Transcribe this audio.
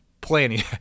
planning